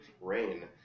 rain